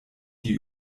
die